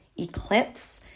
eclipse